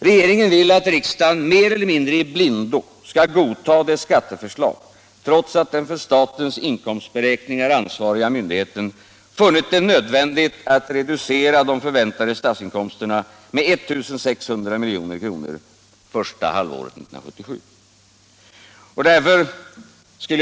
Regeringen vill att riksdagen mer eller mindre i blindo skall godta dess skatteförslag, trots att den för statens inkomstberäkningar ansvariga myndigheten funnit det nödvändigt att reducera de förväntade statsinkomsterna med 1 600 milj.kr. första halvåret 1977.